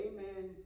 Amen